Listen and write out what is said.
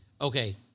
Okay